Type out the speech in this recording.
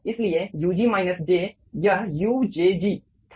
इसलिए ug minus j यह ujg था